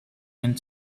and